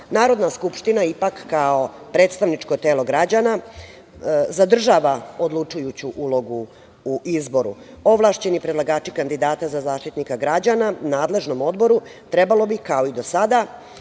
Narodna skupština ipak kao predstavničko telo građana, zadržava odlučujuću ulogu u izboru, ovlašćeni predlagači kandidati za Zaštitnika građana, nadležnom odboru, trebalo bi kao i do sada